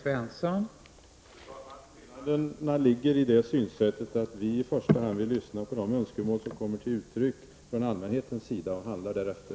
Fru talman! Skillnaden i synsätt ligger i att vi i första hand vill lyssna på de önskemål som kommer till uttryck från allmänheten och handla därefter.